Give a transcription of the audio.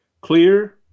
Clear